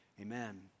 Amen